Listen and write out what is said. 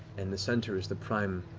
and the center is the prime,